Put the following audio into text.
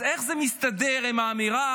אז איך זה מסתדר עם האמירה